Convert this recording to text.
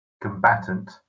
combatant